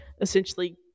essentially